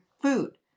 food